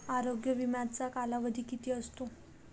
आरोग्य विम्याचा कालावधी किती असतो?